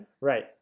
Right